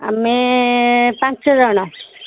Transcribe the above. ଆମେ ପାଞ୍ଚ ଜଣ